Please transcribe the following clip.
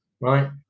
right